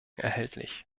erhältlich